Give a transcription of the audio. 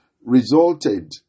resulted